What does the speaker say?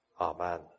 Amen